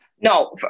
No